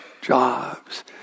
jobs